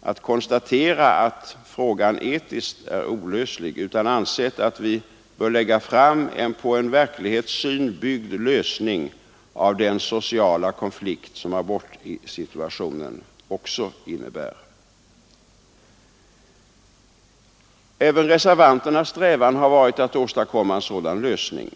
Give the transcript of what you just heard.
att konstatera att frågan etiskt är olöslig, utan ansett att vi bör lägga fram en på en verklighetssyn byggd lösning av den sociala konflikt som abortsituationen också innebär. Även reservanternas strävan har varit att åstadkomma en sådan lösning.